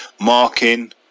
Marking